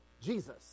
Jesus